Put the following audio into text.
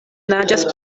naĝas